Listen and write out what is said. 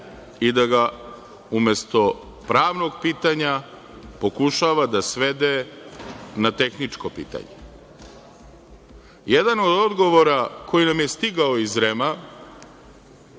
i da ga, umesto pravnog pitanja, pokušava da svede na tehničko pitanje. Jedan od odgovora koji nam je stigao iz REM,